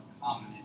common